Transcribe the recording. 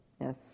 Yes